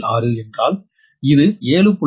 11⅙ என்றல் இது 7